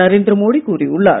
நரேந்திர மோடி கூறியுள்ளார்